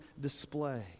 display